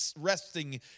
resting